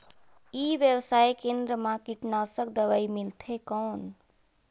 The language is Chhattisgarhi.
ई व्यवसाय केंद्र मा कीटनाशक दवाई मिलथे कौन?